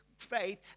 faith